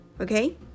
Okay